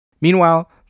Meanwhile